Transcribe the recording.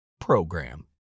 program